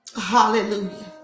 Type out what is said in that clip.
Hallelujah